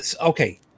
okay